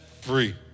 free